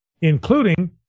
including